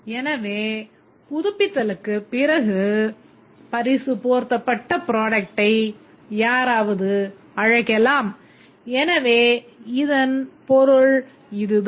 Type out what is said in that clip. எனவே புதுப்பித்தலுக்குப் பிறகு பரிசு போர்த்தப்பட்ட product ஐ யாராவது அழைக்கலாம் எனவே இதன் பொருள் இதுதான்